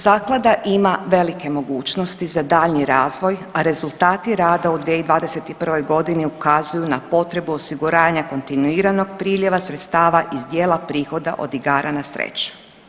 Zaklada ima velike mogućnosti za daljnji razvoj, a rezultati rada u 2021. ukazuju na potrebu osiguranja kontinuiranog priljeva sredstava iz dijela prihoda od igara na sreću.